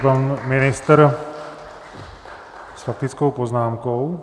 Pan ministr s faktickou poznámkou.